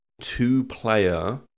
two-player